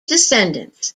descendants